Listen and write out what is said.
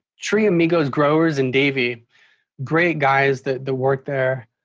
tree amigos growers in davie great guys that the work there.